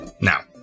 Now